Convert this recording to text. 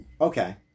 Okay